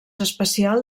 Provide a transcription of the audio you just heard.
especial